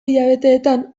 hilabeteetan